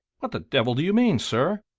what the devil do you mean, sir?